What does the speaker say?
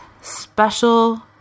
special